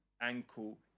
ankle